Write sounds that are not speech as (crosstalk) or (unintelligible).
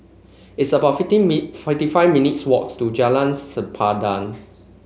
it's about fifty (unintelligible) fifty five minutes' walk to Jalan Sempadan